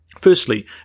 Firstly